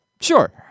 sure